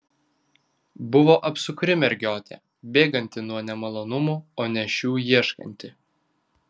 buvo apsukri mergiotė bėganti nuo nemalonumų o ne šių ieškanti